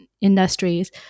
industries